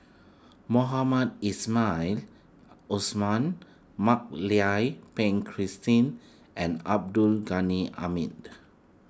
Mohamed Ismail Mak Lai Peng Christine and Abdul Ghani Hamid